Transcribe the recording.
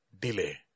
delay